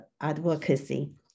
advocacy